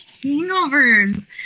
hangovers